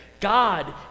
God